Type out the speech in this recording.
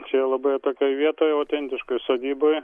čia labai atokioj vietoj autentiškoj sodyboj